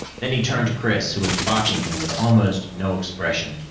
then he turned to chris, who was watching him with almost no expression.